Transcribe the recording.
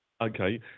Okay